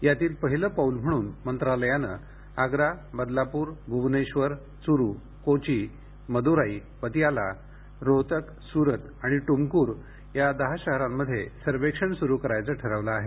यातील पहिलं पाऊल म्हणून मंत्रालयानं आग्रा बदलापुर भुवनेश्वर चुरु कोचि मदुराई पतियाला रोहतक सुरत आणि ट्रमक्र या दहा शहरांमध्ये सर्वेक्षण सुरु करायचं ठरवलं आहे